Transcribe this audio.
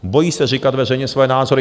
Bojí se říkat veřejně svoje názory.